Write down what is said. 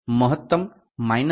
તેથી તે 57